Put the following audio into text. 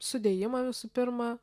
sudėjimą visų pirma